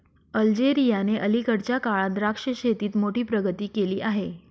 अल्जेरियाने अलीकडच्या काळात द्राक्ष शेतीत मोठी प्रगती केली आहे